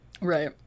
Right